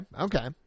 Okay